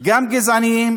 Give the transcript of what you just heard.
גם גזעניים,